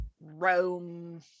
Rome